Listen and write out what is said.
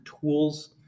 tools